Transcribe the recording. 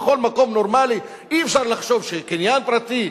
בכל מקום נורמלי אי-אפשר לחשוב שקניין פרטי,